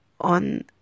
on